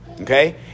Okay